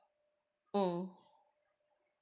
mm